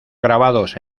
grabados